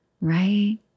right